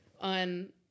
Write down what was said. on